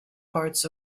parts